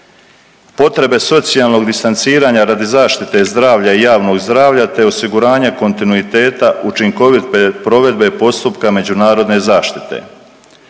potrebe socijalnog distanciranja radi zaštite zdravlja i javnog zdravlja te osiguranje kontinuiteta učinkovite provedbe postupka međunarodne zaštite.